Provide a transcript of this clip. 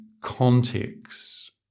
context